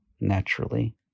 naturally